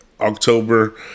October